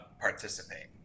participate